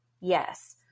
Yes